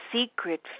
secret